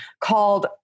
Called